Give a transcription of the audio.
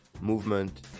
movement